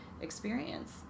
experience